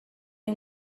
اون